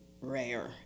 rare